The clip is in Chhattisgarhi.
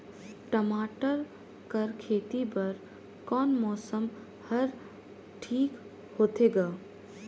टमाटर कर खेती बर कोन मौसम हर ठीक होथे ग?